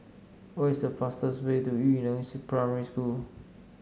what is the fastest way to Yu Neng Primary School